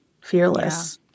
fearless